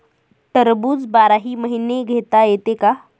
टरबूज बाराही महिने घेता येते का?